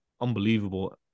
unbelievable